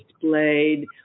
displayed